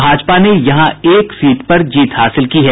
भाजपा ने यहां एक सीट पर जीत हासिल की है